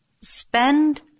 spend